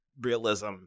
realism